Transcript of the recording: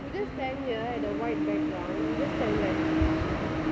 you just stand here at the white background you just stand there